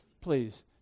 please